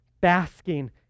basking